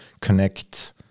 Connect